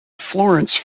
florence